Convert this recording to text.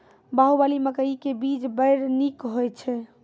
बाहुबली मकई के बीज बैर निक होई छै